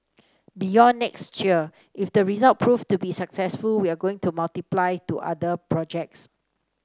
beyond next year if the result proved to be successful we are going to multiply to other projects